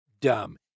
dumb